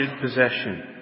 possession